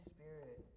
Spirit